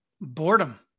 boredom